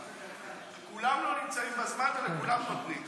כולנו לא נמצאים בזמן ולכולם נותנים.